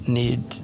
need